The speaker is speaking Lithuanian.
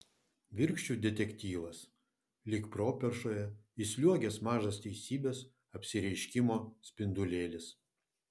virkščių detektyvas lyg properšoje įsliuogęs mažas teisybės apsireiškimo spindulėlis